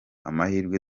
amahirwe